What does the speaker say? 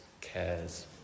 cares